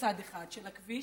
בצד אחד של הכביש,